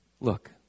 look